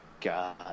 God